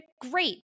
great